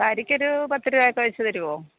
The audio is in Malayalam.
സാരിക്കൊരു പത്ത് രൂപായൊക്കെ വെച്ച് തരുമോ